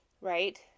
right